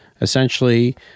essentially